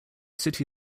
city